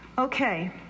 Okay